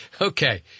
Okay